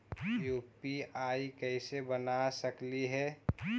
UPI कैसे बना सकली हे?